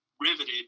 riveted